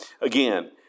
Again